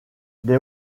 des